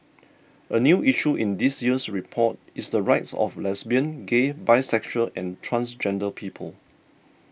a new issue in this year's report is the rights of lesbian gay bisexual and transgender people